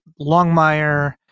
Longmire